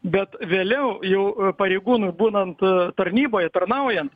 bet vėliau jau pareigūnui būnant tarnyboje tarnaujant